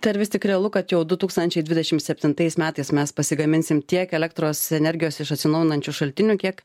tai ar vis tik realu kad jau du tūkstančiai dvidešimt septintais metais mes pasigaminsim tiek elektros energijos iš atsinaujinančių šaltinių kiek